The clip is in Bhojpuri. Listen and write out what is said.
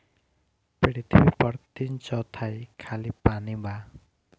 पृथ्वी पर तीन चौथाई खाली पानी बा